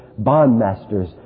bondmasters